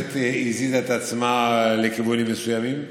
הכנסת הזיזה את עצמה לכיוונים מסוימים,